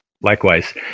Likewise